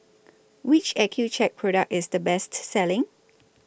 Which Accucheck Product IS The Best Selling